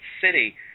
city